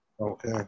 Okay